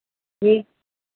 जी